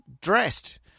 dressed